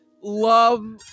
love